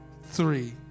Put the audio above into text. three